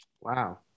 Wow